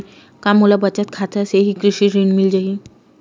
का मोला बचत खाता से ही कृषि ऋण मिल जाहि?